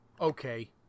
okay